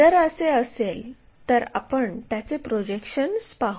जर असे असेल तर आपण त्याचे प्रोजेक्शन्स पाहू